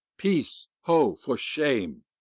peace, ho, for shame!